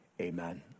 amen